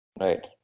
Right